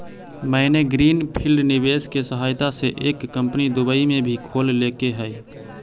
मैंने green field निवेश के सहायता से एक कंपनी दुबई में भी खोल लेके हइ